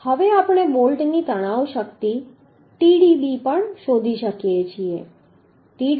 હવે આપણે બોલ્ટની તણાવ શક્તિ Tdb પણ શોધી શકીએ છીએ